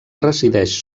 resideix